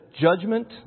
judgment